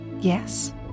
Yes